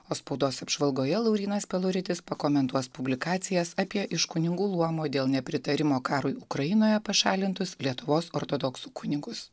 o spaudos apžvalgoje laurynas peluritis pakomentuos publikacijas apie iš kunigų luomo dėl nepritarimo karui ukrainoje pašalintus lietuvos ortodoksų kunigus